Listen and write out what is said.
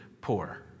poor